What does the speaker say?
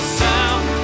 sound